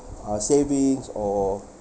uh savings or